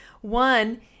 One